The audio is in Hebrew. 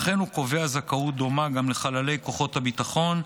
וכן הוא קובע זכאות דומה גם לחללי כוחות הביטחון,